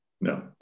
no